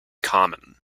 common